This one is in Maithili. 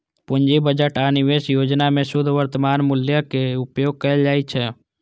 पूंजी बजट आ निवेश योजना मे शुद्ध वर्तमान मूल्यक उपयोग कैल जाइ छै